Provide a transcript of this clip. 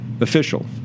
official